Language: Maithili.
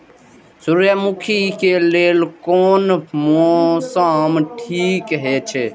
सूर्यमुखी के लेल कोन मौसम ठीक हे छे?